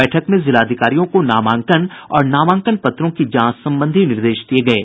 बैठक में जिलाधिकारियों को नामांकन और नामांकन पत्रों की जांच संबंधी निर्देश दिये गये